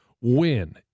win